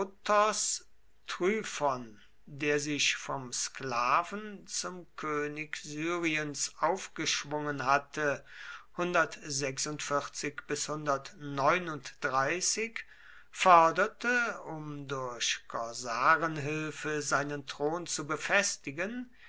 der sich vom sklaven zum könig syriens aufgeschwungen hatte förderte um durch korsarenhilfe seinen thron zu befestigen